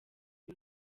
ibi